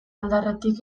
adarretatik